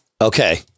Okay